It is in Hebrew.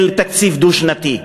של תקציב דו-שנתי.